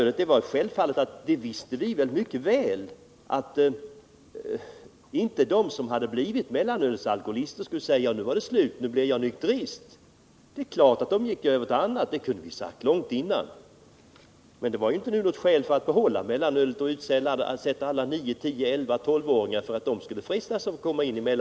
När det gäller avskaffandet av mellanölet visste vi mycket väl att man bland dem som blivit mellanölsalkoholister inte skulle säga: Ja, nu är det slut — nu blir jag nykterist. Vi kunde långt före genomförandet av denna åtgärd ha sagt att de skulle gå över till någon annan alkoholdryck. Men det var inte något skäl för att behålla mellanölet och därmed utsätta alla 9—-12-åringar för risken att drabbas av mellanölseländet.